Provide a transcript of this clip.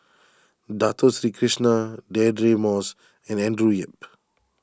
Dato Sri Krishna Deirdre Moss and Andrew Yip